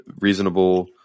reasonable